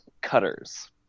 Cutters